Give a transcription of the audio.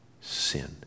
sin